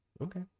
Okay